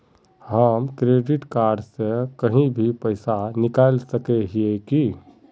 हम credit card से कहीं भी पैसा निकल सके हिये की?